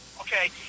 Okay